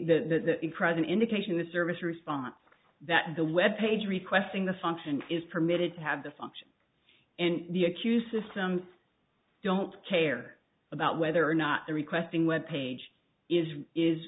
that is present indication the service response that the web page requesting the function is permitted to have the function and the accused systems don't care about whether or not the requesting web page is is